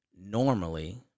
normally